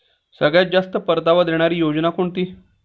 सगळ्यात जास्त परतावा देणारी योजना कोणती?